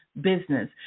business